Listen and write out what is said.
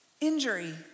injury